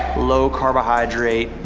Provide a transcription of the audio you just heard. low carbohydrate,